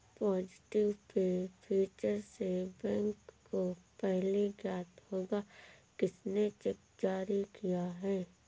positive pay feature से bank को पहले ज्ञात होगा किसने चेक जारी किया है